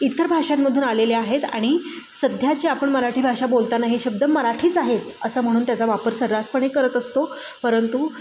इतर भाषांमधून आलेले आहेत आणि सध्या जे आपण मराठी भाषा बोलताना हे शब्द मराठीच आहेत असं म्हणून त्याचा वापर सर्रासपणे करत असतो परंतु